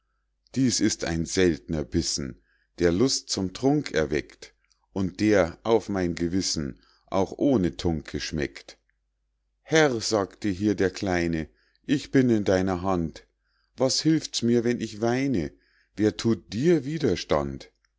dies ist ein seltner bissen der lust zum trunk erweckt und der auf mein gewissen auch ohne tunke schmeckt herr sagte hier der kleine ich bin in deiner hand was hilft's mir wenn ich weine wer thut dir widerstand